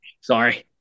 Sorry